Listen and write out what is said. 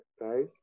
right